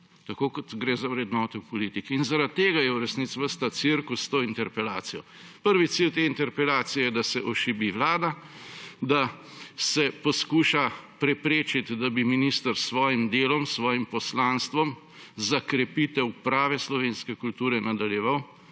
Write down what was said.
Tako kot gre za vrednote v politiki. Zaradi tega je v resnici ves ta cirkus s to interpelacijo. Prvi cilj te interpelacije je, da se ošibi vlada, da se poskuša preprečiti, da bi minister s svojim delom, s svojim poslanstvom za krepitev prave slovenske kulture nadaljeval,